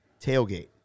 tailgate